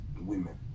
women